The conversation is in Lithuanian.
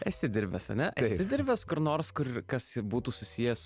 esi dirbęs ane esi dirbęs kur nors kur kas būtų susijęs